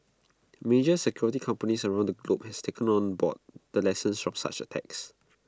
major security companies around the globe have taken on board the lessons from such attacks